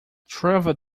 travel